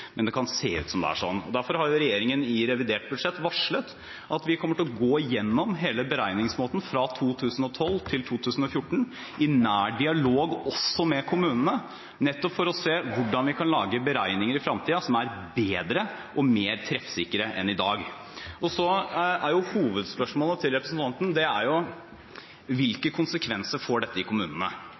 men det kan se ut som det er sånn. Derfor har regjeringen i revidert budsjett varslet at vi kommer til å gå gjennom hele beregningsmåten fra 2012 til 2014 i nær dialog også med kommunene, nettopp for å se hvordan vi kan lage beregninger i fremtiden som er bedre og mer treffsikre enn i dag. Så er hovedspørsmålet til representanten: Hvilke konsekvenser får dette i kommunene?